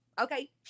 okay